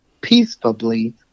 peacefully